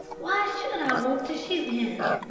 why should i want to shoot him?